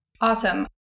Awesome